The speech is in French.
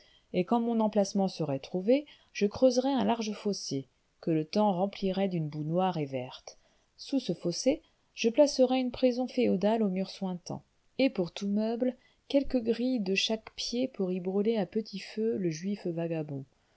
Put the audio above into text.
et quand mon emplacement serait trouvé je creuserais un large fossé que le temps remplirait d'une boue noire et verte sous ce fossé je placerais une prison féodale aux murs suintants et pour tout meuble quelque gril de quatre pieds pour y brûler à petit feu le juif vagabond